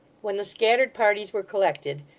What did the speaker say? when the scattered parties were collected,